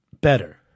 better